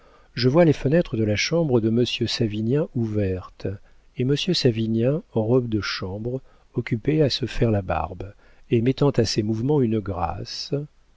je vois les fenêtres de la chambre de monsieur savinien ouvertes et monsieur savinien en robe de chambre occupé à se faire la barbe et mettant à ses mouvements une grâce